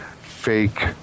fake